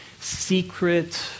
secret